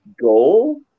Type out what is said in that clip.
goal